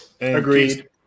Agreed